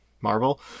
Marvel